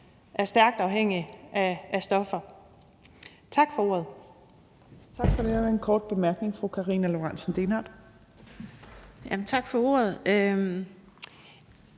er stærkt afhængige af stoffer. Tak for ordet.